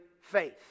faith